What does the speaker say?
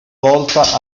volta